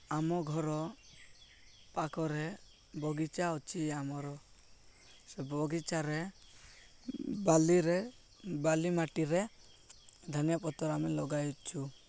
ଆମ ଘର ପାଖରେ ବଗିଚା ଅଛି ଆମର ସେ ବଗିଚାରେ ବାଲିରେ ବାଲି ମାଟିରେ ଧନିଆ ପତ୍ର ଆମେ ଲଗାଇଛୁ